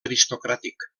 aristocràtic